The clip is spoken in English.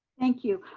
thank you.